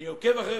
אני עוקב אחריך,